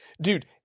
dude